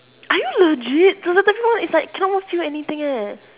are you legit the cetaphil one is like cannot won't feel anything eh